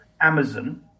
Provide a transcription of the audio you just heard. Amazon